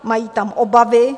Mají tam obavy.